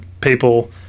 people